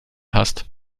hast